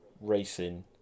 racing